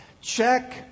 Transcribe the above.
check